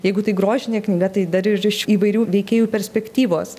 jeigu tai grožinė knyga tai dar ir iš įvairių veikėjų perspektyvos